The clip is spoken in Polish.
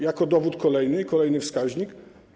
Jako dowód kolejny - kolejny wskaźnik.